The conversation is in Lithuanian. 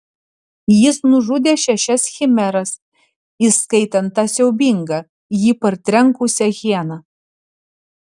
jis nužudė šešias chimeras įskaitant tą siaubingą jį partrenkusią hieną